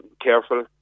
careful